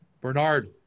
Bernard